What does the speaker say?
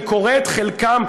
שאני קורא את חלקם,